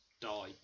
die